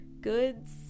goods